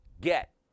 get